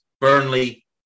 Burnley